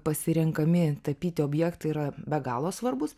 pasirenkami tapyti objektai yra be galo svarbūs